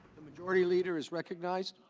the majority leader is recognized.